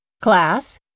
Class